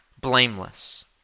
blameless